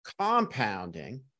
compounding